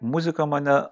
muzika mane